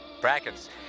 brackets